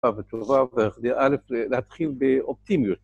אה, וטובה ואלף להתחיל באופטימיות